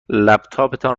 لپتاپتان